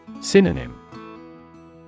Synonym